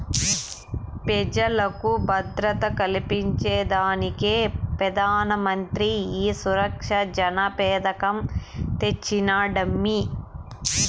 పెజలకు భద్రత కల్పించేదానికే పెదానమంత్రి ఈ సురక్ష జన పెదకం తెచ్చినాడమ్మీ